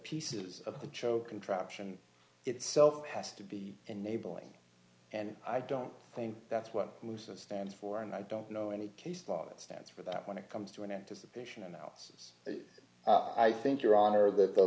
pieces of the cho contraption itself has to be enabling and i don't think that's what most of stands for and i don't know any case law that stands for that when it comes to an anticipation analysis and i think your honor that the